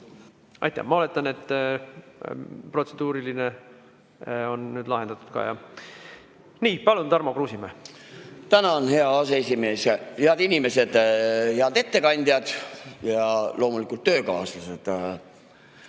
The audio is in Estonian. Aitäh! Ma oletan, et protseduuriline on nüüd lahendatud ka. Palun, Tarmo Kruusimäe! Tänan, hea aseesimees! Head inimesed! Head ettekandjad ja loomulikult töökaaslased!